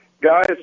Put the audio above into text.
guys